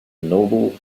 noble